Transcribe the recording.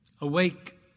Awake